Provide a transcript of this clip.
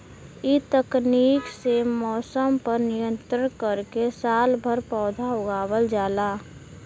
इ तकनीक से मौसम पर नियंत्रण करके सालभर पौधा उगावल जाला